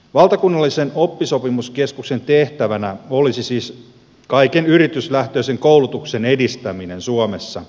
valtakunnallisen oppisopimuskeskuksen tehtävänä olisi siis kaiken yrityslähtöisen koulutuksen edistäminen suomessa